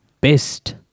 best